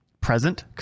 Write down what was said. present